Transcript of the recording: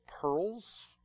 pearls